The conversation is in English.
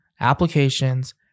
applications